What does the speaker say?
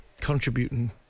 contributing